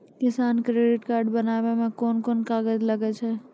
किसान credit card बनाबै मे कोन कोन कागज लागै छै?